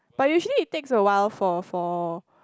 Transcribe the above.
but usually it takes a while for for